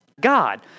God